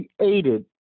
created